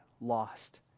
lost